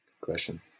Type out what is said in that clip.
Question